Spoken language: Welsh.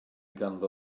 ganddo